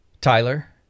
Tyler